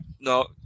no